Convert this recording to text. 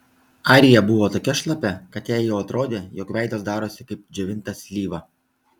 arija buvo tokia šlapia kad jai jau atrodė jog veidas darosi kaip džiovinta slyva